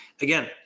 Again